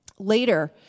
Later